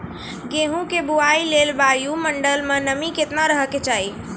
गेहूँ के बुआई लेल वायु मंडल मे नमी केतना रहे के चाहि?